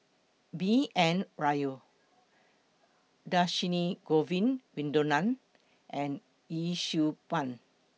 B N Rao Dhershini Govin Winodan and Yee Siew Pun